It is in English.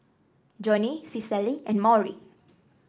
Joni Cicely and Maury